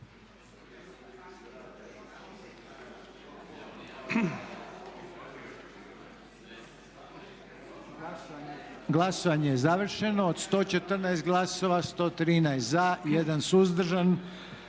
Glasovanje je završeno. 99 glasova za, 16 suzdržanih,